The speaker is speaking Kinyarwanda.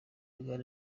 uganda